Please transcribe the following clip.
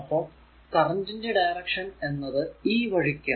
അപ്പോൾ കറന്റ് ന്റെ ഡയറക്ഷൻ എന്നത് ഈ വഴിക്കാണ്